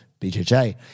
BJJ